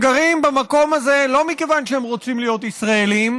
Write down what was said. הם גרים במקום הזה לא מכיוון שהם רוצים להיות ישראלים,